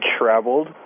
traveled